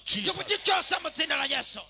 Jesus